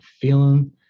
feeling